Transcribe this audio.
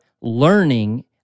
learning